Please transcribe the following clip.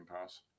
pass